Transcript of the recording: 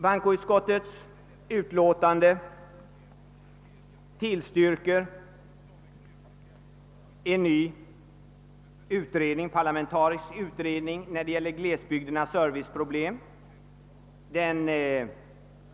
Bankoutskottet tillstyrker en ny parlamentarisk utredning om glesbygdernas serviceproblem.